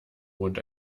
wohnt